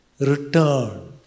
Return